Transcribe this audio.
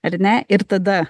ar ne ir tada